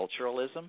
culturalism